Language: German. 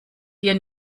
dir